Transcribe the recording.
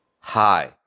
Hi